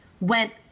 went